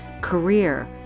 career